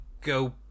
go